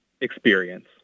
experience